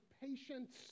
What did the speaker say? patience